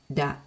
da